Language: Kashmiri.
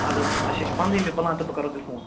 اَدٕ حظ اَسہِ حظ چھِ پنٛدہامہِ پُلان تہٕ بہٕ کَرہو تیٚلہِ فون